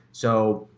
so,